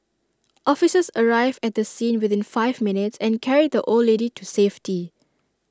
officers arrived at the scene within five minutes and carried the old lady to safety